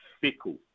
fickle